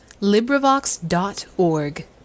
LibriVox.org